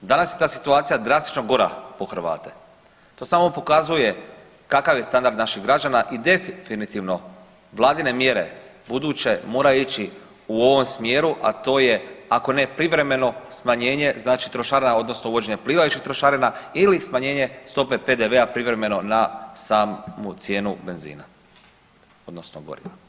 Danas je ta situacija drastično gora po Hrvate, to samo pokazuje kakav je standard naših građana i definitivno vladine mjere buduće moraju ići u ovom smjeru, a to je ako ne privremeno smanjenje trošarina odnosno uvođenje plivajućih trošarina ili smanjenje stope PDV-a privremeno na samu cijenu benzina odnosno goriva.